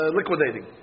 liquidating